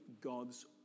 God's